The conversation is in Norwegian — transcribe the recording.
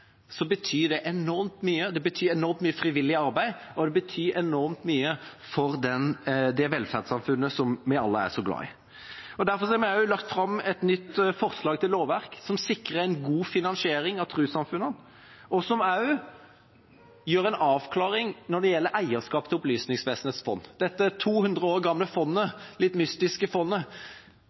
så glad i. Derfor har vi også lagt fram et nytt forslag til lovverk som sikrer en god finansiering av trossamfunnene, og som også gir en avklaring når det gjelder eierskap til Opplysningsvesenets fond. Når det gjelder dette 200 år gamle litt mystiske fondet, har vi et forslag der vi sier – og håper Stortinget slutter seg til – at verdiene i fondet